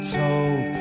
told